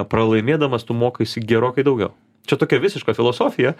pralaimėdamas tu mokaisi gerokai daugiau čia tokia visiška filosofija